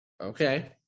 okay